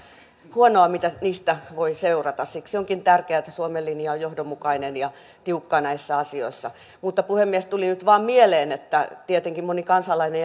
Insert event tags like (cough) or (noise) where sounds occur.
huonoa mitä niistä voi seurata siksi onkin tärkeää että suomen linja on johdonmukainen ja tiukka näissä asioissa mutta puhemies tuli nyt vain mieleen että tietenkin moni kansalainen (unintelligible)